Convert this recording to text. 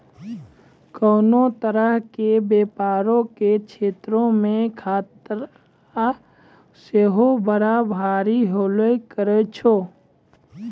कोनो तरहो के व्यपारो के क्षेत्रो मे खतरा सेहो बड़ा भारी होलो करै छै